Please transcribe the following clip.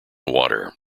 water